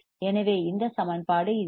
எனவே இந்த சமன்பாடு இதுதான்